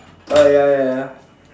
oh ya ya ya